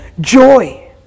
joy